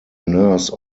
nurse